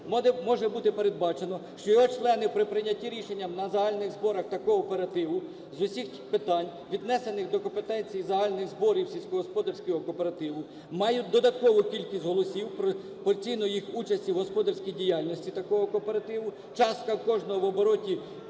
може бути передбачено, що його члени при прийнятті рішення на загальних зборах такого кооперативу з усіх питань, віднесених до компетенції загальних зборів сільськогосподарського кооперативу, мають додаткову кількість голосів пропорційно їх участі в господарській діяльності такого кооперативу, частка кожного в обороті